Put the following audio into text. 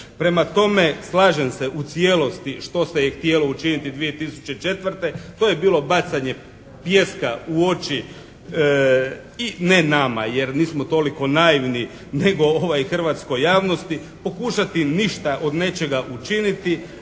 Prema tome slažem se u cijelosti što se htjelo učiniti 2004. To je bilo bacanje pijeska u oči i, ne nama jer nismo toliko naivni nego hrvatskoj javnosti, pokušati ništa od nečega učiniti